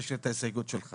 תשאיר את ההסתייגות שלך.